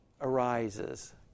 arises